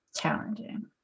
challenging